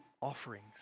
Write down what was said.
offerings